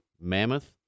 Mammoth